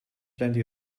plenty